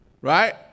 Right